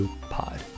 pod